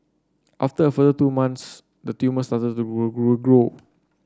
after further two months the tumour started to grow